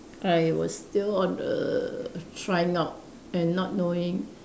I was still on the trying out and not knowing